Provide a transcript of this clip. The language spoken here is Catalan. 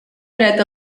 dret